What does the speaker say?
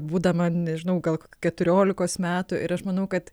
būdama nežinau gal keturiolikos metų ir aš manau kad